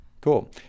cool